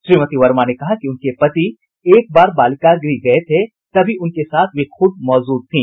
श्रीमती वर्मा ने कहा कि उनके पति एकबार बालिका गृह गये थे तभी उनके साथ वे खुद मौजूद थी